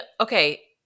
okay